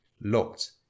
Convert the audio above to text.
locked